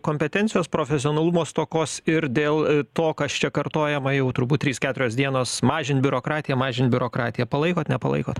kompetencijos profesionalumo stokos ir dėl to kas čia kartojama jau turbūt trys keturios dienos mažint biurokratiją mažint biurokratiją palaikot nepalaikot